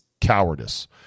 Cowardice